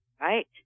Right